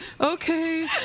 okay